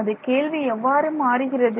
நமது கேள்வி எவ்வாறு மாறுகிறது